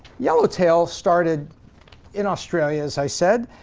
yellow tail started in australia as i said.